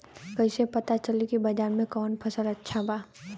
कैसे पता चली की बाजार में कवन फसल अच्छा बा?